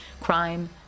crime